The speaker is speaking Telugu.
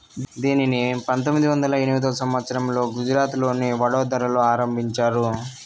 దీనిని పంతొమ్మిది వందల ఎనిమిదో సంవచ్చరంలో గుజరాత్లోని వడోదరలో ఆరంభించారు